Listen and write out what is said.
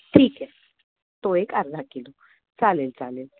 ठीक आहे तो एक अर्धा किलो चालेल चालेल